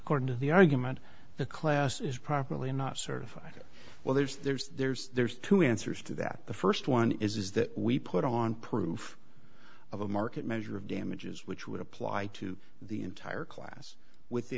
according to the argument the class is properly not certified well there's there's two answers to that the first one is that we put on proof of a market measure of damages which would apply to the entire class with the